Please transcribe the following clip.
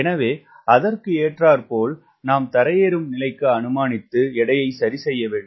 எனவே அதற்க்கு ஏற்றார் போல் நாம் தரையேறும் நிலைக்கு அனுமானித்து எடையை சரி செய்ய வேண்டும்